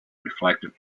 reflected